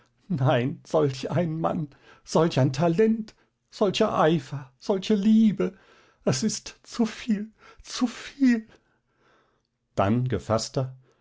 nein solch ein mann solch ein talent solcher eifer solche liebe es ist zu viel zu viel dann gefaßter